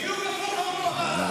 בדיוק הפוך אמרו בוועדה.